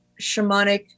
shamanic